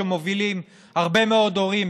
שמובילים הרבה מאוד הורים,